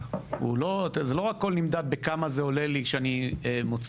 לא הכול נמדד בכמה זה עולה לי כשאני מוציא.